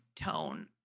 tone